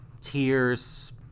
tears